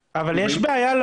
חביליו.